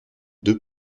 deux